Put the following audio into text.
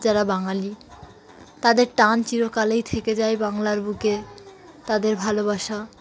যারা বাঙালি তাদের টান চিরকালেই থেকে যায় বাংলার বুকে তাদের ভালোবাসা